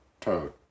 Toad